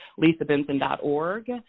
lisabenson.org